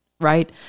right